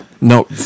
No